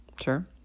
sure